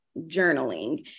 journaling